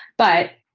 but,